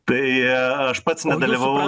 tai aš pats nedalyvavau